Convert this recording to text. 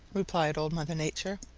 replied old mother nature.